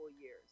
years